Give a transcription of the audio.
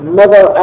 mother